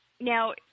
Now